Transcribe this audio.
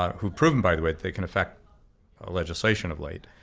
who've proven, by the way that they can affect a legislation of late,